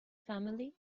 family